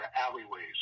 alleyways